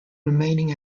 remaining